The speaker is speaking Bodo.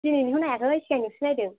दिनैनिखौ नाइयाखै सिगांनिखौसो नायदों